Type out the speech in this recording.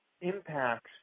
impacts